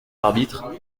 arbitre